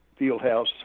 Fieldhouse